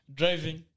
driving